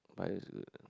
bio is good